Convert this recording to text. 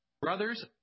Brothers